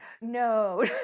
No